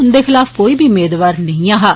उंदे खलाफ कोई बी मेदवार नेई ऐ हा